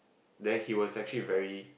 then he was actually very